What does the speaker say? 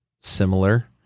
similar